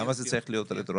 למה זה צריך להיות רטרואקטיבי?